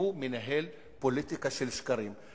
שמנהל פוליטיקה של שקרים.